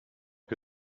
que